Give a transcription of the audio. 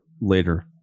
later